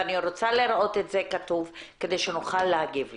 ואני רוצה לראות את זה כתוב כדי שנוכל להגיב לזה,